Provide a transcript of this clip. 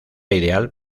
ideal